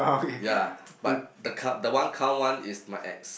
ya but the cou~ one count one is my ex